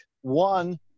One